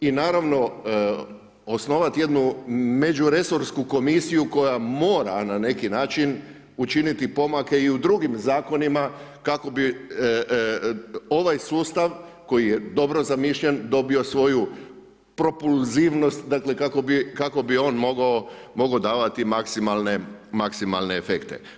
I naravno osnovati jednu međuresorsku komisiju koja mora na neki način učiniti pomake i u drugim zakonima kako bi ovaj sustav koji je dobro zamišljen dobio svoju propulzivnost, dakle kako bi on mogao davati maksimalne efekte.